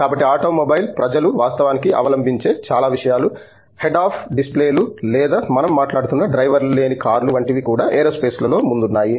కాబట్టి ఆటోమొబైల్ ప్రజలు వాస్తవానికి అవలంబించే చాలా విషయాలు హెడ్ అప్ డిస్ప్లేలు లేదా మనం మాట్లాడుతున్న డ్రైవర్ లేని కార్లు వంటివి కూడా ఏరోస్పేస్లో ముందున్నాయి